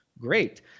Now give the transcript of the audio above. great